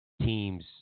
teams